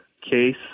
case